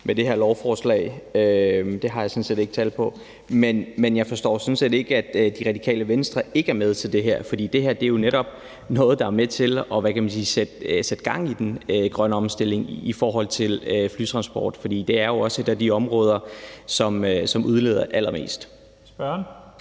med det her lovforslag. Det har jeg sådan set ikke tal på. Men jeg forstår ikke, at De Radikale Venstre ikke er med til det her, for det her er jo netop noget, der er med til, hvad skal man sige, at sætte gang i den grønne omstilling i forhold til flytransport, for det er jo også et af de områder, som udleder allermest.